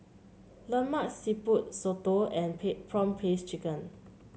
Lemak Siput soto and prawn paste chicken